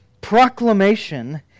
proclamation